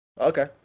Okay